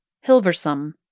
Hilversum